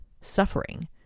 suffering